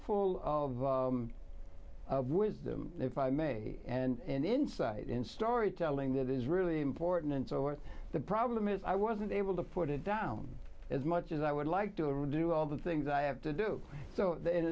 full of wisdom if i may and insight and storytelling that is really important and so what the problem is i wasn't able to put it down as much as i would like to do all the things i have to do so in